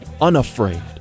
unafraid